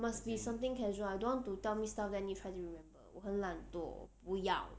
must be something casual I don't want to tell this tell that then I need try to remember 我很懒惰不要